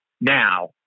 now